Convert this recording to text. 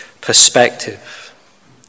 perspective